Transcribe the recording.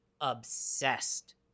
obsessed